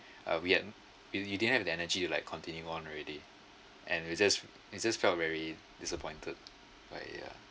uh we had we we didn't have the energy like continue on already and we just we just felt very disappointed like yeah